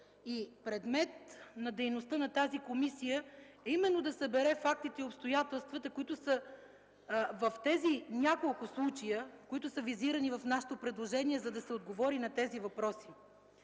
Предмет на дейността на тази комисия е да събере фактите и обстоятелствата, които са в тези няколко случая, които са визирани в нашето предложение, за да се отговори на тези въпроси.